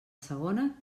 segona